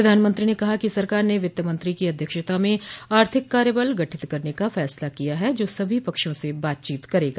प्रधानमंत्री ने कहा कि सरकार ने वित्त मंत्री की अध्यक्षता में आर्थिक कार्यबल गठित करने का फैसला किया है जो सभी पक्षों से बातचीत करेगा